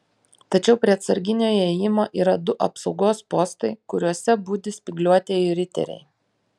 tačiau prie atsarginio įėjimo yra du apsaugos postai kuriuose budi spygliuotieji riteriai